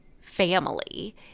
family